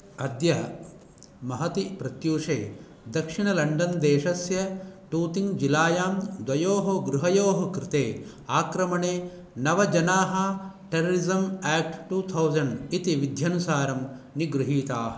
अद्य महति प्रत्यूषे दक्षिणलण्डन् देशस्य टूतिङ् जिलायां द्वयोः गृहयोः कृते आक्रमणे नवजनाः टेररिसम् आक्ट् टु तौसेण्ड् इति विध्यनुसारं निगृहीताः